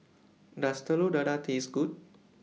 Does Telur Dadah Taste Good